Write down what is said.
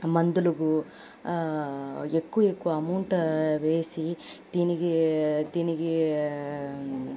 మందులుకు ఎక్కువ ఎక్కువ అమౌంటు వేసి దీనికి దీనికి